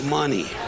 money